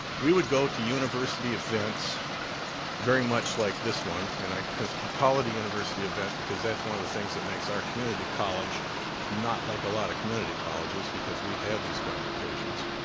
we would go to university events very much like this one, and i could ah call it a university event because that's one of the things that makes our community college not like a lot of community colleges, because we have these convocations.